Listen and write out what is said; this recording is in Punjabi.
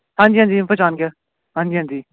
ਹਾਂਜੀ ਹਾਂਜੀ ਪਹਿਚਾਣ ਗਿਆ ਹਾਂਜੀ ਹਾਂਜੀ